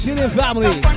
family